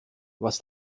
was